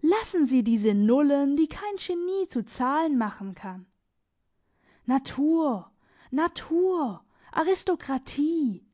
lassen sie diese nullen die kein genie zu zahlen machen kann natur natur aristokratie